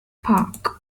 park